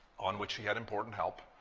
on which he had important help.